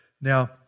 Now